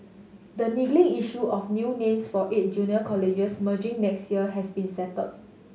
the niggling issue of new names for eight junior colleges merging next year has been settled